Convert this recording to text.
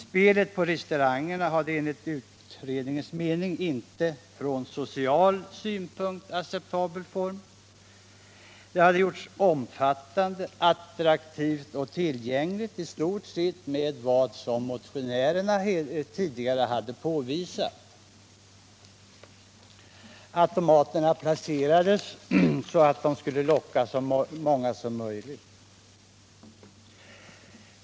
Spelet på restaurangerna hade enligt utredningens mening inte från social synpunkt en acceptabel form. Spelet hade gjorts omfattande, attraktivt och lättillgängligt, i stort sett enligt vad motionärerna tidigare påvisat. Automaterna placerades så att de skulle locka så många som möjligt.